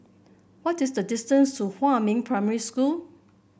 what is the distance to Huamin Primary School